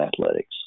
athletics